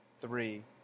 three